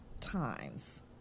times